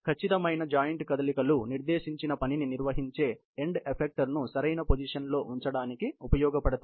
ఖచ్చితమైన జాయింట్ కదలికలు నిర్దేశించిన పనిని నిర్వహించే ఎండ్ ఎఫెక్టర్స్ ను సరైన పొజిషన్ లో ఉంచడానికి ఉపయోగపడతాయి